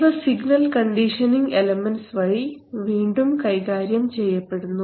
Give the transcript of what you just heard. ഇവ signal conditioning elements വഴി വീണ്ടും കൈകാര്യം ചെയ്യപ്പെടുന്നു